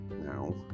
now